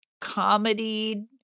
comedy